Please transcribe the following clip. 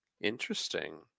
Interesting